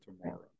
tomorrow